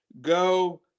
go